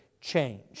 change